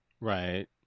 Right